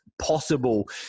possible